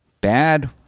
Bad